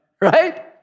Right